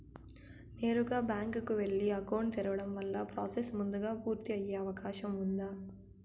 నేరుగా బ్యాంకు కు వెళ్లి అకౌంట్ తెరవడం వల్ల ప్రాసెస్ ముందుగా పూర్తి అయ్యే అవకాశం ఉందా?